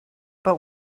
but